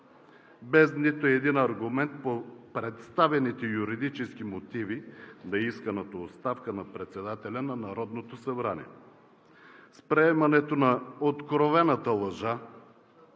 без нито един аргумент по представените юридически мотиви на исканата оставка на председателя на Народното събрание. С приемането на откровената лъжа,